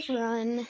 run